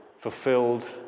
fulfilled